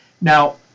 Now